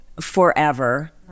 forever